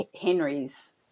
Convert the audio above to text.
Henry's